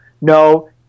no